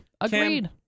Agreed